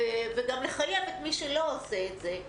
וגם לחייב את מי שלא עושה את זה,